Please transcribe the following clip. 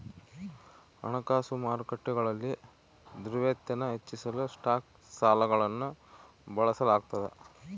ಹಣಕಾಸು ಮಾರುಕಟ್ಟೆಗಳಲ್ಲಿ ದ್ರವ್ಯತೆನ ಹೆಚ್ಚಿಸಲು ಸ್ಟಾಕ್ ಸಾಲಗಳನ್ನು ಬಳಸಲಾಗ್ತದ